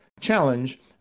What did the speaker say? challenge